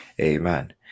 Amen